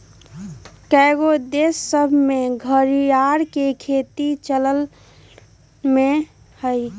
कएगो देश सभ में घरिआर के खेती चलन में हइ